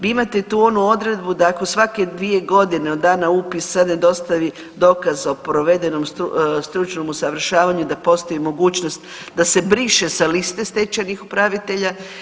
Vi imate tu onu odredbu da ako svake 2.g. od dana upisa ne dostavi dokaz o provedenom stručnom usavršavanju da postoji mogućnost da se briše sa liste stečajnih upravitelja.